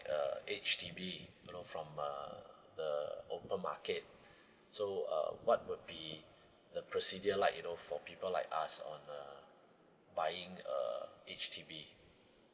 uh H_D_B room for uh the open market so uh so what will be the procedure like you know for people like us on uh buying uh H_D_B